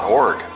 org